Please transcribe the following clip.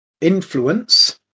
influence